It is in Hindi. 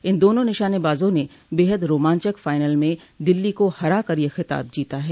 इन दोनों निशानेबाजों ने बेहद रोमांचक फाइनल में दिल्ली को हरा कर यह खिताब जीता है